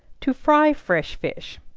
to fry fresh fish.